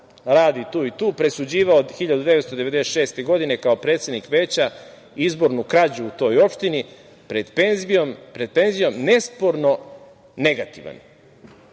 radi tu i tu, presuđivao od 1996. godine kao predsednik Veća izbornu krađu u toj opštini, pred penzijom, nesporno negativan. Onda